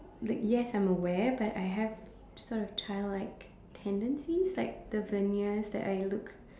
like yes I'm aware but I have sort of trial like tendencies like the ventures that I look